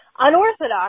Unorthodox